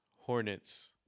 Hornets